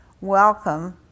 welcome